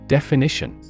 Definition